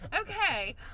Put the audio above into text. okay